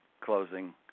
closing